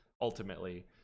ultimately